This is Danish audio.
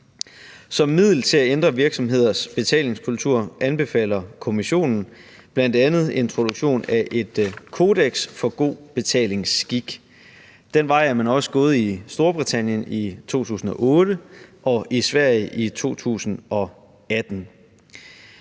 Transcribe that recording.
Som middel til at ændre virksomheders betalingskultur anbefaler Kommissionen bl.a. introduktion af et kodeks for god betalingsskik – den vej er man også gået i Storbritannien i 2008 og i Sverige i 2018.